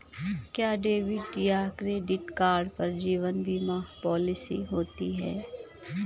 क्या डेबिट या credit card पर जीवन बीमा पॉलिसी होती है?